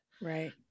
Right